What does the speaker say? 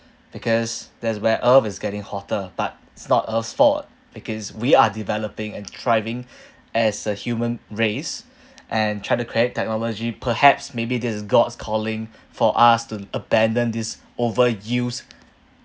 because there's where earth is getting hotter but it's not our fault because we are developing and thriving as a human race and try to create technology perhaps maybe this is god's calling for us to abandon this overused